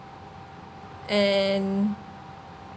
and